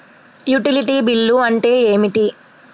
Utility bill అంటే ఏమిటి?